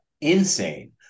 Insane